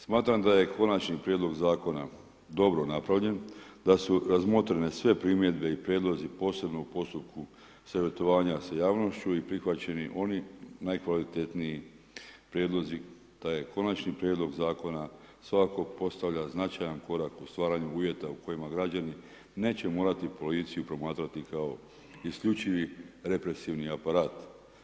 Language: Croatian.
Smatram da je Konačni prijedlog zakona dobro napravljen, da su razmotrene sve primjedbe i prijedlozi posebno u postupku savjetovanja sa javnošću i prihvaćani oni najkvalitetniji prijedlozi, da Konačni prijedlog zakona svakako postavlja značajan korak u stvaranja uvjeta u kojima građani neće morati policiju promatrati kao isključivi represivni aparat.